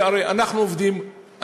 הרי אנחנו מתקצבים,